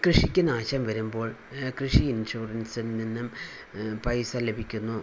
കൃഷിക്ക് നാശം വരുമ്പോൾ കൃഷി ഇൻഷുറൻസിൽ നിന്നും പൈസ ലഭിക്കുന്നു